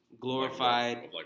glorified